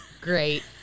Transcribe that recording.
great